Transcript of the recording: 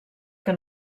que